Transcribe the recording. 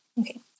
Okay